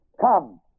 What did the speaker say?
Come